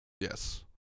Yes